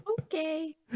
Okay